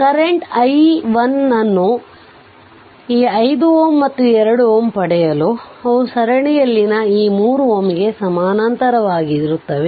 current i1 ಅನ್ನು ಈ 5 Ω ಮತ್ತು 2 Ω ಪಡೆಯಲು ಅವು ಸರಣಿಯಲ್ಲಿನ ಈ 3 Ω ಗೆ ಸಮಾನಾಂತರವಾಗಿರುತ್ತವೆ